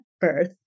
birth